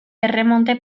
erremonte